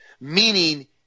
meaning